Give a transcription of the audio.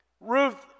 Ruth